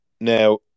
Now